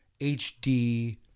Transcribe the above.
HD